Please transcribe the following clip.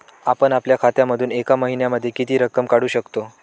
आपण आपल्या खात्यामधून एका महिन्यामधे किती रक्कम काढू शकतो?